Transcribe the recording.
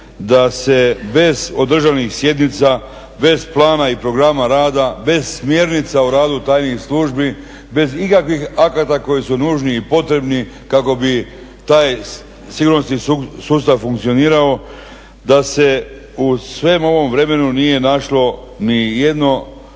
da se bez održanih sjednica, bez plana i programa rada, bez smjernica o radu tajnih službi, bez ikakvih akata koji su nužni i potrebni kako bi taj sigurnosni sustav funkcionirao da se u svem ovom vremenu nije našlo ni jedno